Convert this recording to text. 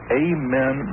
amen